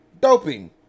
doping